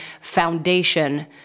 foundation